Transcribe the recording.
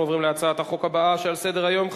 אנחנו עוברים להצעת החוק הבאה שעל סדר-היום.